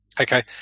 Okay